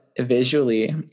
visually